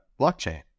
blockchain